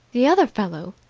the other fellow!